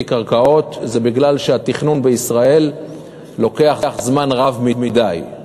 קרקעות היא שהתכנון בישראל לוקח זמן רב מדי.